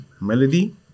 melody